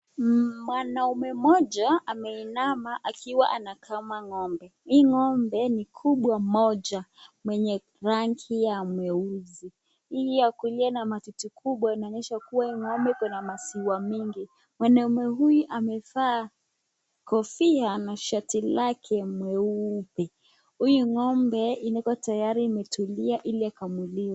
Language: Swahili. Mwanaume mmoja ameinama akiwa anakama ng'ombe. Hii ng'ombe ni kubwa moja mwenye rangi ya mweusi. Hii ya kulia ina matiti kubwa inaonyesha kuwa hii ng'ombe ikona maziwa mingi. Mwanaume huyu amevaa kofia na shati lake mweupe. Huyu ngombe imeekwa tayari imetulia ili ikamuliwe.